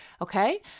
okay